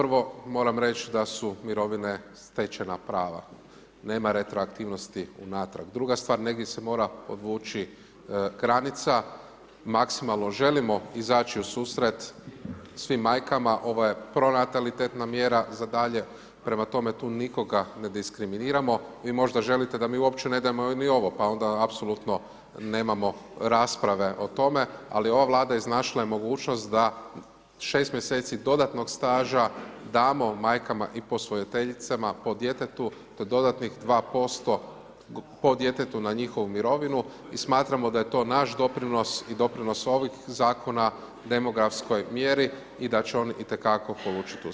Prvo, moram reći da su mirovine stečena prava, nema retroaktivnosti unatrag, druga stvar, negdje se mora podvući granica, maksimalno želimo izaći ususret svim majkama, ovo je pronatalitetna mjera za dalje, prema tome tu nikoga ne diskriminiramo, vi možda želite da mi uopće ne dajemo ni ovo, pa onda apsolutno nemamo rasprave o tome, ali ova Vlada iznašla je mogućnost da 6 mjeseci dodatnog staža damo majkama i posvojiteljicama po djetetu, te dodatnih 2% po djetetu na njihovu mirovinu, i smatramo da je to naš doprinos i doprinos ovih Zakona, demografskoj mjeri i da će on itekako polučiti uspjeh.